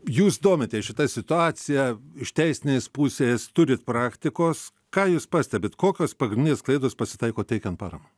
jūs domitės šita situacija iš teisinės pusės turit praktikos ką jūs pastebit kokios pagrindinės klaidos pasitaiko teikiant paramą